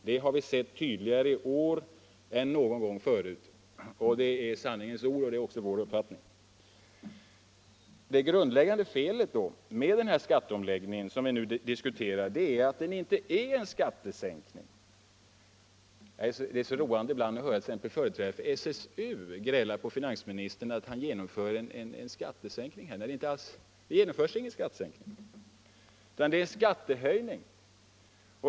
Det har vi sett tydligare i år än någon gång förut.” Det är sanningens ord, och det är också vår uppfattning. Det grundläggande felet med den skatteomläggning som vi nu diskuterar är att den inte är en skattesänkning. Det är så roande att ibland höra företrädare för SSU gräla på finansministern för att han genomför en skattesänkning. Det genomförs ingen skattesänkning, utan det är en skattehöjning.